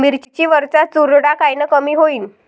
मिरची वरचा चुरडा कायनं कमी होईन?